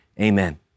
amen